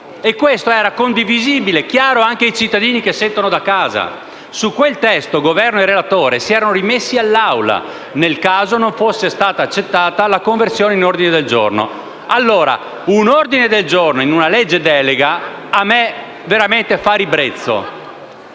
E questo era condivisibile e chiaro anche ai cittadini che ci ascoltano da casa. Su quel testo Governo e relatore si erano rimessi all'Assemblea, nel caso non fosse stata accettata la proposta di conversione in ordine del giorno. Un ordine del giorno in una legge delega a me fa veramente ribrezzo